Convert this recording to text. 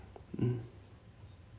mm